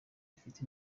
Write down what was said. afite